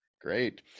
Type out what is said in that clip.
Great